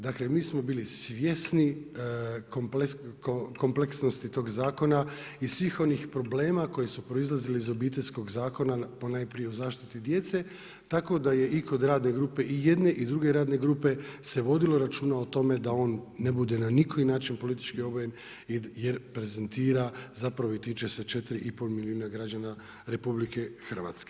Dakle, mi smo bili svjesni kompleksnosti tog zakona i svih onih problema koji su proizlazili iz Obiteljskog zakona ponajprije u zaštiti djece, tako da je i kod radne grupe i jedne i druge radne grupe se vodilo računa o tome, da on ne bude na nikakav način politički obojen jer prezentira, zapravo i tiče se 4,5 milijuna građani RH.